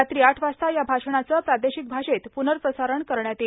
रात्री आठ वाजता या भाषणाचं प्रादेशिक भाषेत पुनःप्रसारण करण्यात येईल